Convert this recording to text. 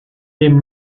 dem